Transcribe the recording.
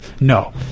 No